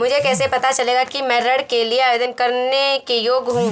मुझे कैसे पता चलेगा कि मैं ऋण के लिए आवेदन करने के योग्य हूँ?